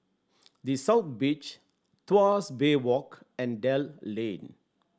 The South Beach Tuas Bay Walk and Dell Lane